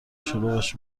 شلوغش